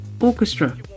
Orchestra